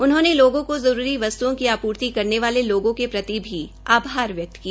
उन्होंने लोगों को जरूरी वस्त्ओं की आपूर्ति करने वाले लोगों के प्रति भी आभार व्यक्त किया